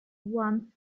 one